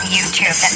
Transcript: YouTube